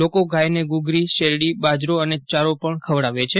લોકો ગાયને ઘૂઘરી શેરડી બાજરો અને ચારો પણ ખવડાવે છે